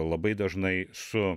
labai dažnai su